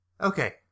Okay